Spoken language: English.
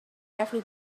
every